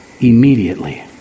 immediately